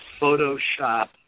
Photoshop